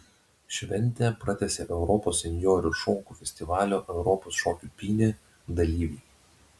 šventę pratęsė europos senjorų šokių festivalio europos šokių pynė dalyviai